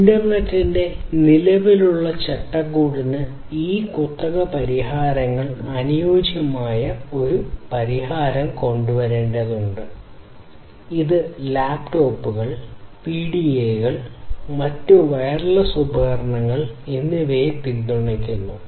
ഇന്റർനെറ്റിന്റെ നിലവിലുള്ള ചട്ടക്കൂടിന് ഈ കുത്തക പരിഹാരങ്ങൾക്ക് അനുയോജ്യമായ ഒരു പരിഹാരം കൊണ്ടുവരേണ്ടതുണ്ട് ഇത് ലാപ്ടോപ്പുകൾ പിഡിഎകൾ മറ്റ് വയർലെസ് ഉപകരണങ്ങൾ എന്നിവയെ പിന്തുണയ്ക്കുന്നു